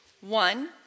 One